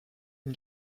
une